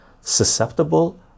susceptible